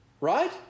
Right